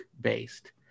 based